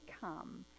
come